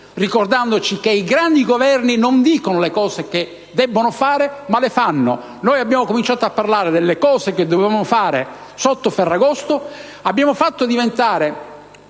ricordare che i grandi Governi non dicono le cose che debbono fare ma la fanno. Noi abbiamo cominciato a parlare delle cose che dovevamo fare sotto Ferragosto. Abbiamo fatto diventare